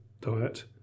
diet